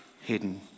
hidden